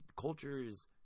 Cultures